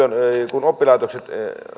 kun oppilaitokset